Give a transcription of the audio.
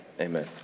amen